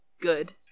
good